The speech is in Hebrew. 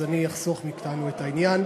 אז אני אחסוך מאתנו את העניין.